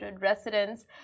residents